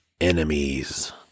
Enemies